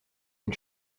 une